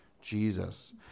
Jesus